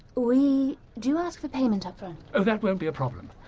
we do ask for payment up-front? that won't be a problem.